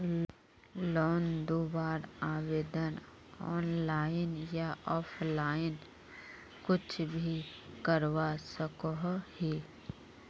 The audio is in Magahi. लोन लुबार आवेदन ऑनलाइन या ऑफलाइन कुछ भी करवा सकोहो ही?